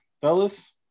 fellas